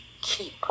keep